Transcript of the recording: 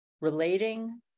relating